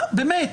באמת,